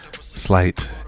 Slight